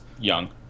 young